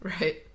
Right